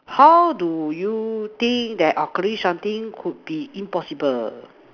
how do you think that acquiring something could be impossible